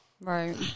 Right